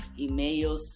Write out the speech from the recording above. emails